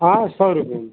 हाँ सौ रुपये में